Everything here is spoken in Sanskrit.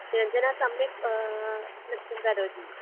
निरञ्जना सम्यक् नृत्यं करोति